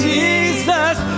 Jesus